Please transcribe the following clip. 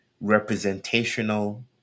representational